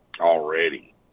already